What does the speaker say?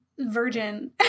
virgin